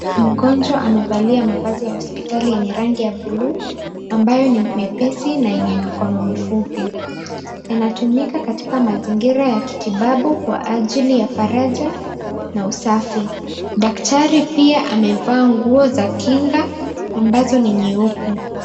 Mgojwa amevalia mavazi ya hospitali yenye rangi ya bluu ambayo ni wmepesi na yenye mikono mifupi. Yanatumika katika mazingira ya kimatibabu kwa ajili ya faraja na usafi. Daktari pia amevaa nguo za kinga ambazo ni nyeupe.